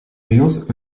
wheels